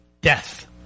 death